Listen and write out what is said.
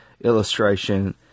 illustration